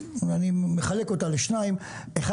אני מחלק אותה לשתיים: א',